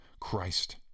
Christ